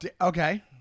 Okay